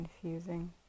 confusing